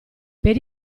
per